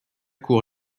court